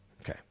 Okay